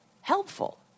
helpful